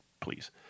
Please